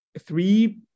three